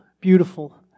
beautiful